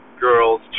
girls